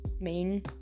main